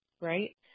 right